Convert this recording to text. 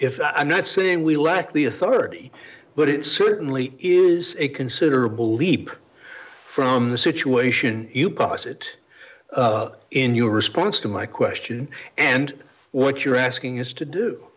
if i'm not saying we lack the authority but it certainly is a considerable leap from the situation you posit in your response to my question and what you're asking is to do